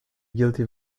guilty